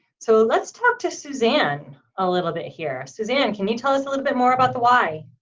so let's talk to suzanne a little bit here. suzanne can you tell us a little bit more about the why?